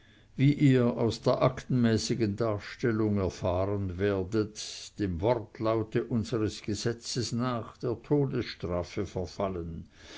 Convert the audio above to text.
wie ihr aus der aktenmäßigen darstellung erfahren werdet dem wortlaute unseres gesetzes nach der todesstrafe verfallen